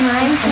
Time